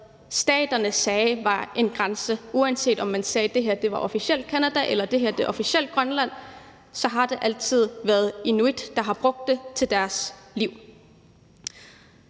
hvad staterne sagde var en grænse, uanset om man sagde, at det her officielt var Canada eller det her officielt var Grønland, så har det altid været inuit, der har brugt det til deres liv.